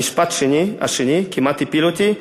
המשפט השני כמעט הפיל אותי,